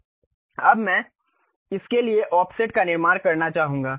अब मैं इसके लिए ऑफसेट का निर्माण करना चाहूंगा